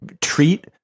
treat